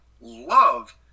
love